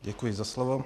Děkuji za slovo.